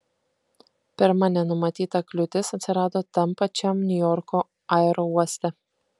pirma nenumatyta kliūtis atsirado tam pačiam niujorko aerouoste